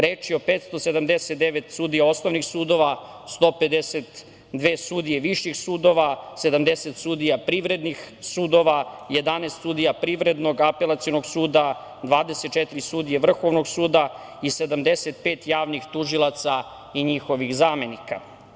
Reč je o 579 sudija osnovnih sudova, 152 sudije viših sudova, 70 sudija privrednih sudova, 11 sudija Privrednog apelacionog suda, 24 sudije Vrhovnog suda i 75 javnih tužilaca i njihovih zamenika.